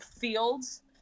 fields